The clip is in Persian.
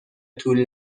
طول